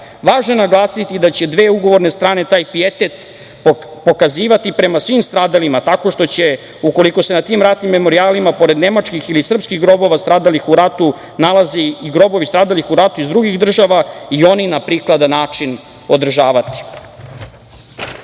je naglasiti da će dve ugovorene strane taj pijetet pokazivati prema svim stradalima tako što će ukoliko se na tim ratnim memorijalima pored nemačkih ili srpskih grobova stradalih u ratu nalaze i grobovi stradalih u ratu iz drugih država i oni na prikladan način održavati. Srpski